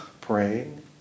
praying